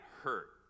hurt